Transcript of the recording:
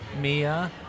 Mia